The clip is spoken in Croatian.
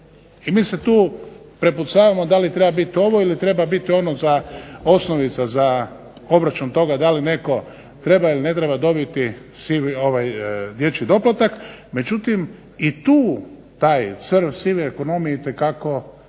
I mi se tu prepucavamo da li treba biti ovo ili treba biti ono, osnovica za obračun toga da li netko treba ili ne treba dobiti dječji doplatak, međutim tu taj crv sive ekonomije itekako